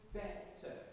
better